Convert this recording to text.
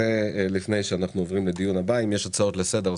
הצעות לסדר,